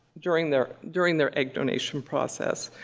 during their during their egg donation process.